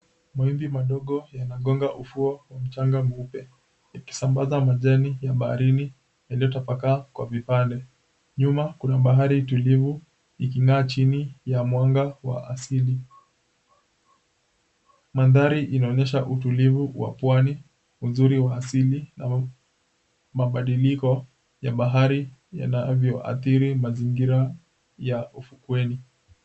Mawimbi madogo yanagonga ufuo wa mchanga mweupe ikisambaza majani ya baharini yaliyotapakaa kwa vipande. Nyuma kuna bahari tulivu iking'aa chini ya mwanga wa asili. Mandhari inaonyesha utulivu wa pwani, uzuri wa asili na mabadiriko ya bahari yanavyoadhiri mazingira ya ufukweni.